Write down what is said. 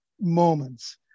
moments